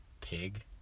pig